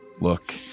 Look